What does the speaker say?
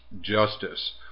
justice